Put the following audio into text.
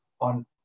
on